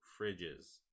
fridges